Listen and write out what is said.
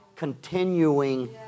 continuing